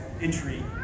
entry